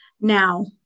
Now